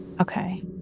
Okay